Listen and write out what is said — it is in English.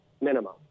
minimum